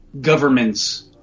governments